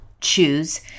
choose